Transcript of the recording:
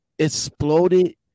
exploded